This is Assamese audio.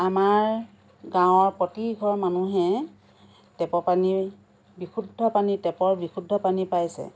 আমাৰ গাঁৱৰ প্ৰতি ঘৰ মানুহে টেপৰ পানী বিশুদ্ধ পানী টেপৰ বিশুদ্ধ পানী পাইছে